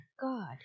god